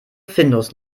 findus